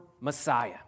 Messiah